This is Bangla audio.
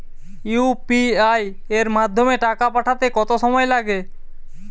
ইউ.পি.আই এর মাধ্যমে টাকা পাঠাতে কত সময় লাগে?